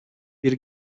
bir